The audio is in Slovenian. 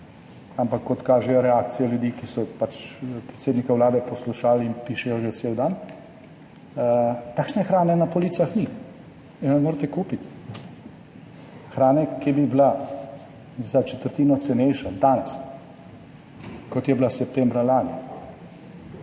Ampak, kot kažejo reakcije ljudi, ki so predsednika Vlade poslušali in pišejo že cel dan, takšne hrane na policah ni, je ne morete kupiti. Hrane, ki bi bila za četrtino cenejša danes, kot je bila septembra lani,